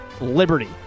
Liberty